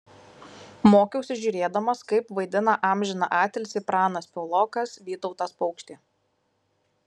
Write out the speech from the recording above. mokiausi žiūrėdamas kaip vaidina amžiną atilsį pranas piaulokas vytautas paukštė